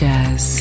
Jazz